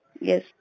yes